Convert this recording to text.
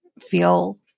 feel